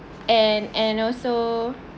and and also